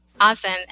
Awesome